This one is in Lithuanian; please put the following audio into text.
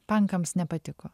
pankams nepatiko